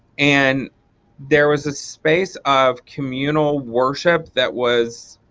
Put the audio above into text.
and there was a space of communal worship that was